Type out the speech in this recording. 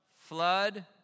flood